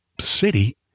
city